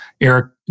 Eric